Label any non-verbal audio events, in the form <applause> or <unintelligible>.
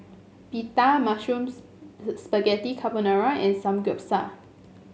Pita Mushroom <unintelligible> Spaghetti Carbonara and Samgyeopsal